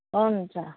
हुन्छ